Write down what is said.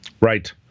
Right